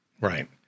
Right